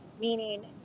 meaning